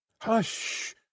hush